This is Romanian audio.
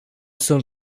sunt